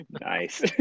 nice